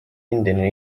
endine